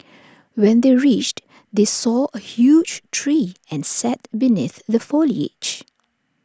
when they reached they saw A huge tree and sat beneath the foliage